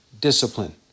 discipline